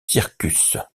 circus